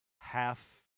half